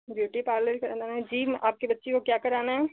beauty parlour करना है जी मैं आपके बच्चे को क्या कराना है